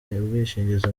ubwishingizi